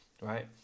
right